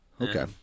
okay